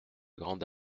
grande